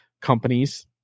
companies